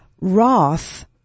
Roth